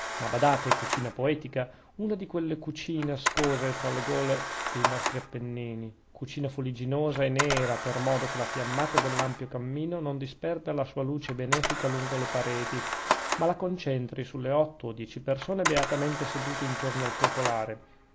ma badate cucina poetica una di quelle cucine ascose tra le gole dei nostri appennini cucina fuligginosa e nera per modo che la fiammata dell'ampio cammino non disperda la sua luce benefica lungo le pareti ma la concentri sulle otto o dieci persone beatamente sedute intorno al focolare